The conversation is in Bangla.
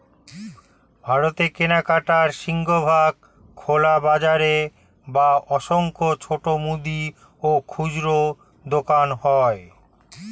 ভারতে কেনাকাটার সিংহভাগ খোলা বাজারে বা অসংখ্য ছোট মুদি ও খুচরো দোকানে হয়